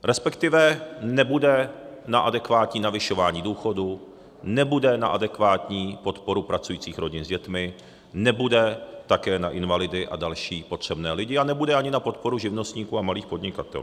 Respektive nebude na adekvátní navyšování důchodů, nebude na adekvátní podporu pracujících rodin s dětmi, nebude také na invalidy a na další potřebné a nebude ani na podporu živnostníků a malých podnikatelů.